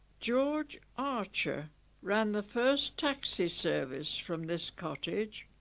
george archer ran the first taxi service from this cottage